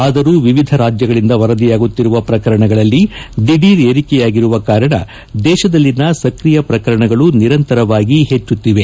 ಆದರೂ ವಿವಿಧ ರಾಜ್ಗಗಳಿಂದ ವರದಿಯಾಗುತ್ತಿರುವ ಪ್ರಕರಣಗಳಲ್ಲಿ ದಿಢೀರ್ ಏರಿಕೆಯಾಗಿರುವ ಕಾರಣ ದೇಶದಲ್ಲಿನ ಸ್ತ್ರಿಯ ಪ್ರಕರಣಗಳು ನಿರಂತರವಾಗಿ ಹೆಚ್ಚುಕ್ತಿದೆ